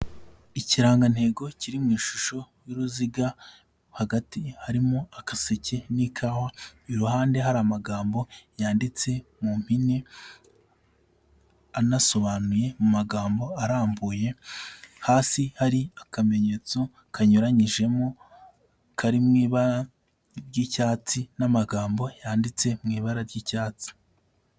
Ikirangantego kiri mu ishusho y'uruziga, hagati harimo agaseke n'ikawa, iruhande hari amagambo yanditse mu mpine anasobanuye mu magambo arambuye, hasi hari akamenyetso kanyuranyijemo kari mu ibara ry'icyatsi n'amagambo yanditse mu ibara ry'icyatsi.